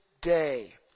day